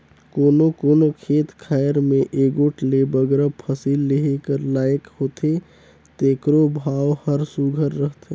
कोनो कोनो खेत खाएर में एगोट ले बगरा फसिल लेहे कर लाइक होथे तेकरो भाव हर सुग्घर रहथे